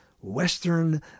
western